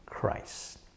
Christ